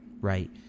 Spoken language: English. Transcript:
Right